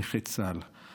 נכי צה"ל.